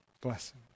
blessing